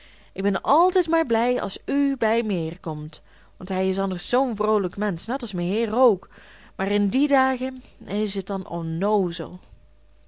ik ben altijd maar blij als u bij meheer komt want hij is anders zoo'n vroolijk mensch net as meheer ook maar in die dagen is het dan onnoozel